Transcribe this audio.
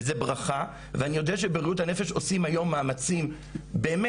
אני יודע שבבריאות הנפש עושים היום מאמצים באמת,